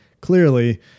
clearly